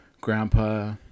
grandpa